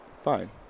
Fine